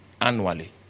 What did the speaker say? annually